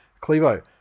Clevo